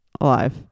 alive